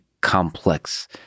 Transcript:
complex